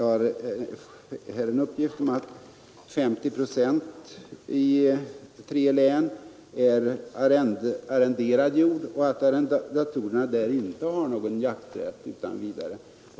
Jag har en uppgift på att 50 procent av arealen i tre län är arrenderad jord och att arrendatorerna inte alls har någon jakträtt utan vidare.